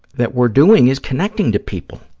that we're doing is connecting to people,